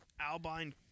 Albine